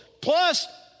plus